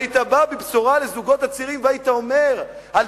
והיית בא בבשורה לזוגות הצעירים והיית אומר: על